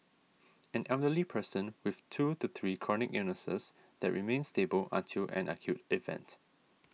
an elderly person with two to three chronic illnesses that remain stable until an acute event